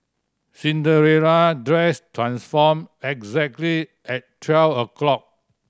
Cinderella dress transformed exactly at twelve o'clock